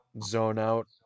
zone-out